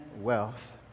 wealth